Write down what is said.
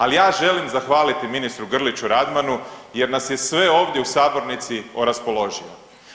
Ali ja želim zahvaliti ministru Grliću Radmanu jer nas je sve ovdje u sabornici oraspoložio.